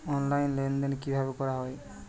Online লেনদেন কিভাবে করা হয়?